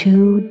Two